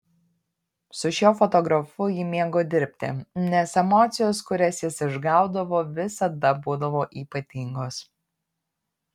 su šiuo fotografu ji mėgo dirbti nes emocijos kurias jis išgaudavo visada būdavo ypatingos